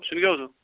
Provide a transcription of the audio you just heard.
سیُن کیاہ اوسوٕ